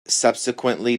subsequently